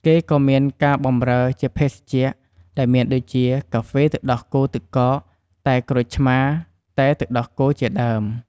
គេក៍មានការបម្រើ ជាភេសជ្ជៈ ដែលមានដូចជា កាហ្វេទឹកដោះគោទឹកកក តែក្រូចឆ្មារ តែទឹកដោះគោ ជាដើម។